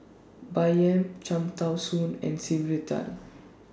Bai Yan Cham Tao Soon and Sylvia Tan